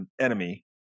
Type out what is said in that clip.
enemy